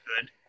good